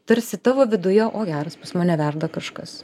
tarsi tavo viduje o geras pas mane verda kažkas